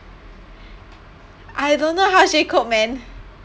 I don't know how she cope man